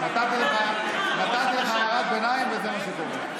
נתתי לך הערת ביניים וזה מה שקורה.